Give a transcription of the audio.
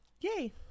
Yay